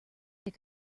pick